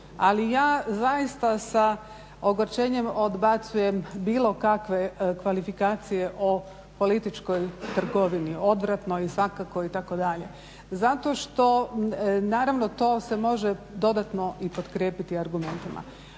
Ali, ja zaista sa ogorčenjem odbacujem bilo kakve kvalifikacije o političkoj trgovini. Odvratno i svakako itd. Zato što naravno to se može dodatno i potkrijepiti argumentima.